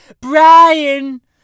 Brian